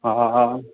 हँ